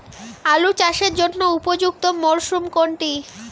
আলু চাষের জন্য উপযুক্ত মরশুম কোনটি?